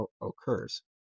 occurs